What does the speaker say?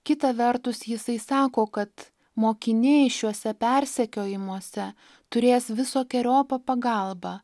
kita vertus jisai sako kad mokiniai šiuose persekiojimuose turės visokeriopą pagalbą